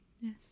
Yes